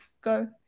go